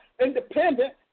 independent